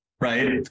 right